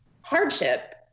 hardship